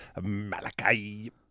Malachi